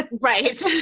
right